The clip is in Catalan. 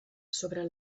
sobre